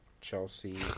Chelsea